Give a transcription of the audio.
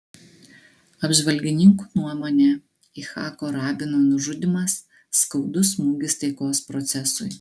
apžvalgininkų nuomone icchako rabino nužudymas skaudus smūgis taikos procesui